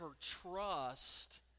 trust